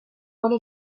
only